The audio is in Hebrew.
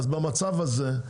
אז במצב הזה,